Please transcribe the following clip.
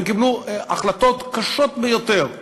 הם קיבלו החלטות קשות ביותר.